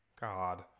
God